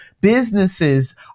Businesses